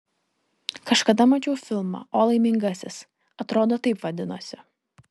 kažkada mačiau filmą o laimingasis atrodo taip vadinosi